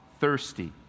thirsty